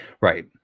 right